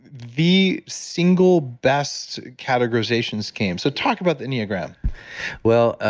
the single best categorization scheme. so talk about the enneagram well,